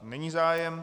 Není zájem.